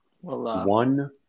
One